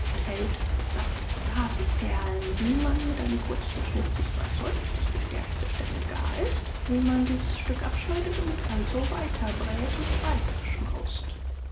hält bis saft und blasen perlen wie man mit einem kurzen schnitt sich überzeugt daß die stärkste stelle gar ist wie man dieses stück abschneidet und also weiter brät und weiter schmaust